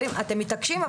אתם מתעקשים,